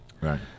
Right